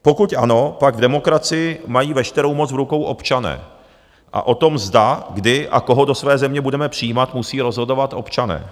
Pokud ano, pak v demokracii mají veškerou moc v rukou občané a o tom, zda, kdy a koho do své země budeme přijímat, musí rozhodovat občané.